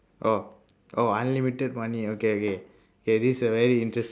oh oh unlimited money okay okay okay this a very interest~